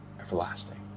everlasting